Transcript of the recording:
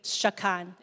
shakan